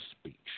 speech